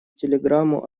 телеграмму